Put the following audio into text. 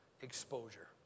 exposure